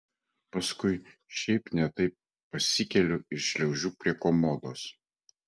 paskui šiaip ne taip pasikeliu ir šliaužiu prie komodos